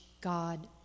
God